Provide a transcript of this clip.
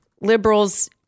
liberals